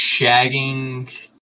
shagging